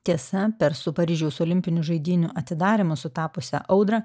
tiesa per su paryžiaus olimpinių žaidynių atidarymą sutapusią audrą